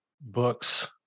books